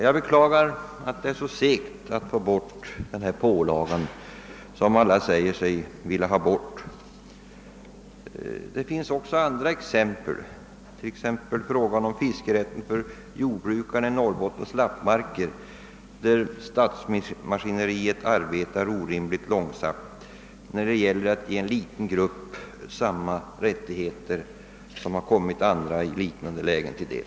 Jag beklagar att det är så segt att få bort denna pålaga, som alla säger sig vilja ha bort. Man kan också anföra andra fall, där statsmaskineriet arbetar orimligt långsamt, t.ex. i fråga om fiskerätten för jordbrukarna i Norrbottens lappmarker, där det gäller att ge en liten grupp människor samma rättigheter som kommit andra i liknande situationer till del.